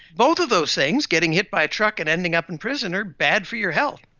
both of those things getting hit by a truck and ending up in prison are bad for your health.